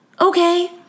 Okay